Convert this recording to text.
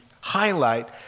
highlight